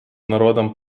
народам